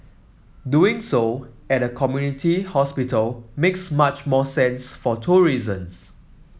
doing so at a community hospital makes much more sense for two reasons